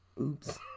Oops